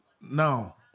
now